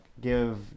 give